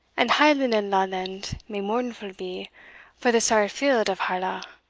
and hieland and lawland may mournfu' be for the sair field of harlaw